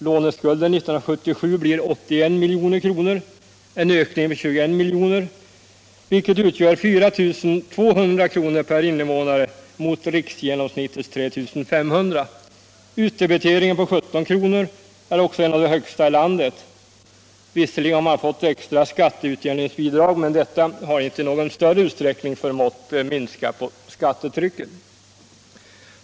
Låneskulden 1977 blir 81 milj.kr. — en ökning med 21 miljoner — vilket utgör 4 200 kr. per invånare mot riksgenomsnittets 3 500 kr. Utdebiteringen på 17 kr. är också en av de högsta i landet. Visserligen har man fått extra skatteutjämningsbidrag, men detta har inte i någon större utsträckning förmått minska på skattetrycket.